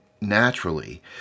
naturally